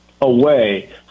away